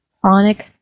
chronic